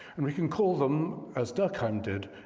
and we can call them, as durkheim did,